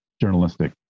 journalistic